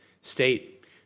state